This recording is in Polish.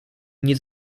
nie